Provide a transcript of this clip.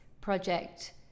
project